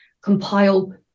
compile